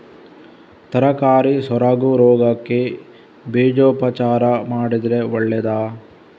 ತರಕಾರಿ ಸೊರಗು ರೋಗಕ್ಕೆ ಬೀಜೋಪಚಾರ ಮಾಡಿದ್ರೆ ಒಳ್ಳೆದಾ?